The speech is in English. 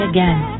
Again